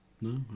No